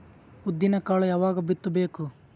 ಉದ್ದಿನಕಾಳು ಯಾವಾಗ ಬಿತ್ತು ಬೇಕು?